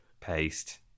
paste